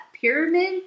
pyramid